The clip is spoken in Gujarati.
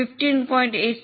5X 15